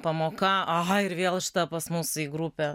pamoka aha ir vėl šita pas mus į grupę